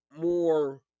more